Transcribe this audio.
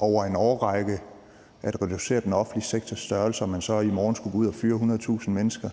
over en årrække at reducere den offentlige sektors størrelse, så i morgen skulle gå ud og fyre 100.000 mennesker.